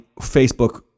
Facebook